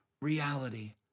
reality